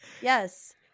yes